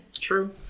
true